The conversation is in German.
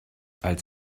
als